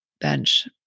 bench